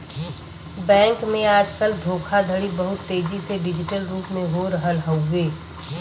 bank में आजकल धोखाधड़ी बहुत तेजी से डिजिटल रूप में हो रहल हउवे